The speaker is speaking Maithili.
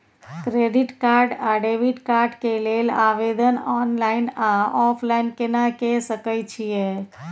क्रेडिट कार्ड आ डेबिट कार्ड के लेल आवेदन ऑनलाइन आ ऑफलाइन केना के सकय छियै?